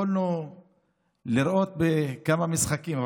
יכולנו לראות כמה משחקים.